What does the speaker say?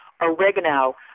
oregano